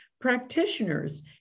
practitioners